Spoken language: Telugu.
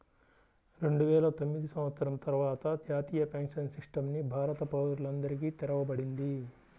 రెండువేల తొమ్మిది సంవత్సరం తర్వాత జాతీయ పెన్షన్ సిస్టమ్ ని భారత పౌరులందరికీ తెరవబడింది